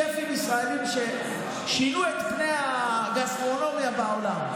שפים ישראלים ששינו את פני הגסטרונומיה בעולם,